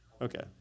Okay